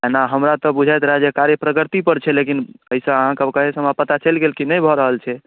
एना हमरा तऽ बुझैत रहऽ जे कार्य प्रगति पर छै लेकिन एहि सऽ अहाँके ओकरा पता चलि गेल कि नहि भऽ रहल छै